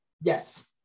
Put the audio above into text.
Yes